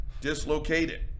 dislocated